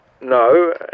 No